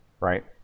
right